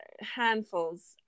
handfuls